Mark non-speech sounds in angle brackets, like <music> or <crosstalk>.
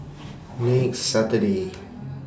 next Saturday <noise>